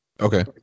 Okay